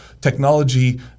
technology